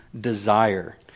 desire